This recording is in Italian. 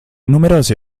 numerose